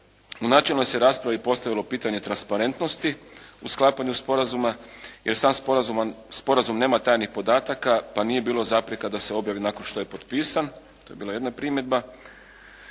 u načelnoj se raspravi postavilo pitanje transparentnosti u sklapanju sporazuma jer sam sporazum nema tajnih podataka pa nije bilo zapreka da se objavi nakon što je potpisan, to je bila jedna primjedba.